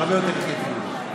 הרבה יותר החלטי ממנו.